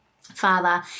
father